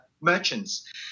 merchants